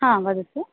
हाँ वदतु